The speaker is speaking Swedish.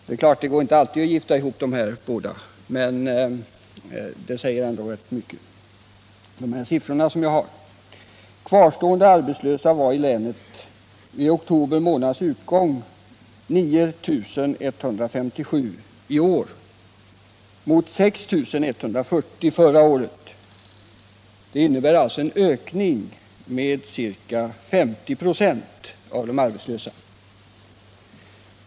Det är klart att det inte alltid går att ”gifta ihop” de båda sakerna men de siffror jag har säger ändå rätt mycket om läget. Kvarstående arbetslösa i länet var 9 157 vid oktober månads utgång i år mot 6 140 förra året. Det innebär en ökning av de arbetssökande med ca 50 926.